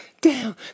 down